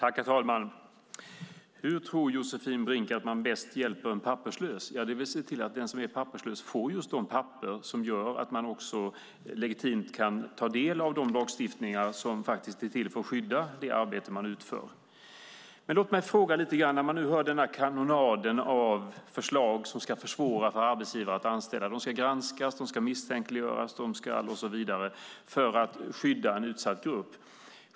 Herr talman! Hur tror Josefin Brink att man bäst hjälper en papperslös? Det är väl genom att se till att den papperslöse får just de papper som gör att man legitimt kan ta del av den lagstiftning som är till för att skydda det arbete man utför? Låt mig fråga lite grann. Här får vi höra en kanonad av förslag som ska göra det svårare för arbetsgivare att anställa. De ska granskas, misstänkliggöras och så vidare för att skydda en utsatt grupp.